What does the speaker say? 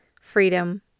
freedom